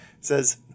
says